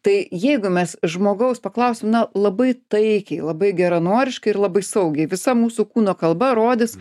tai jeigu mes žmogaus paklausim na labai taikiai labai geranoriškai ir labai saugiai visa mūsų kūno kalba rodys